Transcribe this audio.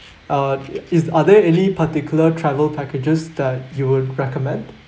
uh is are there any particular travel packages that you would recommend